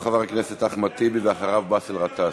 את עמדתך בעניין החוק הנורבגי.